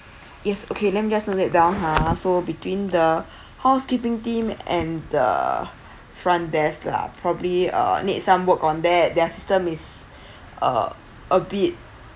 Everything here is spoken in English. yes okay let me just noted that down ha so between the housekeeping team and the front desk lah probably uh need some work on their their system is uh a bit